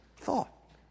thought